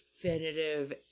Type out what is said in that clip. Definitive